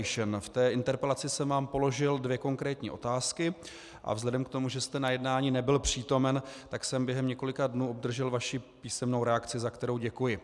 V té interpelaci jsem vám položil dvě konkrétní otázky a vzhledem k tomu, že jste na jednání nebyl přítomen, tak jsem během několika dnů obdržel vaši písemnou reakci, za kterou děkuji.